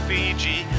Fiji